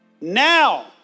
Now